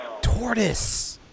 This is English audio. Tortoise